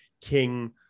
King